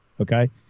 Okay